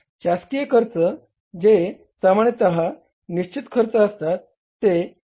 शासकीय खर्च जे सामान्यत निश्चित खर्च असतात ते 0